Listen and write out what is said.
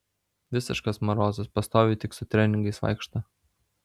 visiškas marozas pastoviai tik su treningais vaikšto